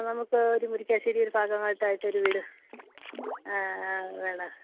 നമുക്ക് ഒരു മുരിക്കാശ്ശേരി ഒരു ഭാഗമായിട്ട് ആയിട്ടൊരു വീട് വേണം